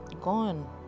gone